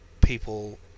people